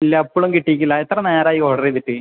ഇല്ല ഇപ്പളും കിട്ടീട്ടില്ല എത്ര നേരായി ഓർഡറ് ചെയ്തിട്ട്